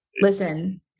listen